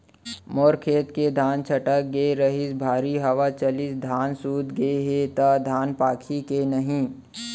मोर खेत के धान छटक गे रहीस, भारी हवा चलिस, धान सूत गे हे, त धान पाकही के नहीं?